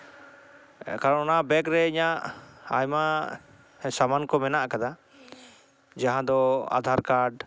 ᱠᱟᱨᱚᱱ ᱚᱱᱟ ᱵᱮᱜᱽ ᱨᱮ ᱤᱧᱟᱹᱜ ᱟᱭᱢᱟ ᱥᱟᱢᱟᱱ ᱠᱚ ᱢᱮᱱᱟᱜ ᱟᱠᱟᱫᱟ ᱡᱟᱦᱟᱸᱫᱚ ᱟᱸᱫᱷᱟᱨ ᱠᱟᱨᱰ